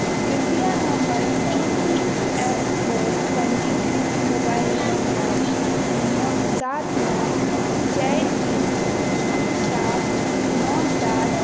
कृपया हमर E P F O पञ्जीकृत मोबाइल नम्बर सात नओ चारि तीन दू सात नओ सात